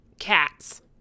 cats